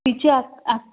तिची आ आत्